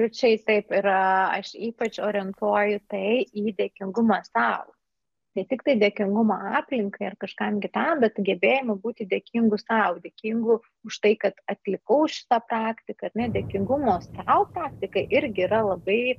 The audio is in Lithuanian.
absoliučiai taip yra aš ypač orientuoju tai į dėkingumą sau ne tiktai dėkingumą aplinkai ar kažkam kitam bet gebėjimu būti dėkingu sau dėkingu už tai kad atlikau šitą praktiką ar ne dėkingumo sau praktika irgi yra labai